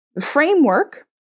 framework